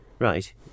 Right